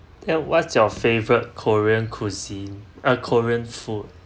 then what's your favourite korean cuisine a korean food